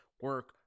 Work